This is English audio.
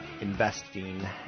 investing